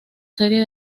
serie